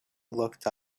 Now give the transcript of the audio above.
looked